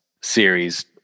series